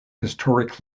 historic